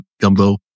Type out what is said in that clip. gumbo